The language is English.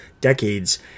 decades